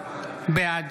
בעד